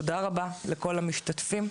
תודה רבה לכל המשתתפים.